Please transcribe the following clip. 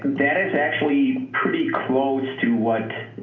that is actually pretty close to what,